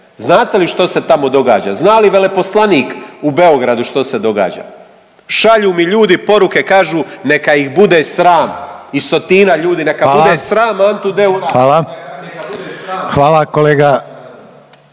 Znate li što se tamo događa, zna li veleposlanik u Beogradu što se događa? Šalju mi ljudi poruke kažu neka ih bude sram, iz Sotina ljudi, neka bude …/Upadica: Hvala./… sram